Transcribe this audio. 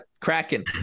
Kraken